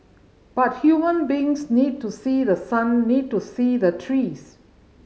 but human beings need to see the sun need to see the trees